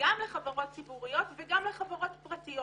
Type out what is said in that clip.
גם לחברות ציבוריות וגם לחברות פרטיות.